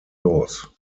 los